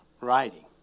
writing